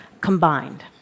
combined